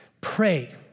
Pray